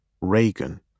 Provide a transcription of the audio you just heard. Reagan